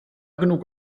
genug